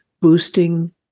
boosting